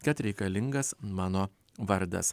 kad reikalingas mano vardas